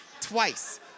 twice